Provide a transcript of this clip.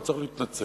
לא צריך להתנצל,